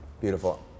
beautiful